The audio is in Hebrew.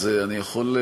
אז אני יכול,